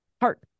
heart